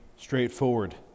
straightforward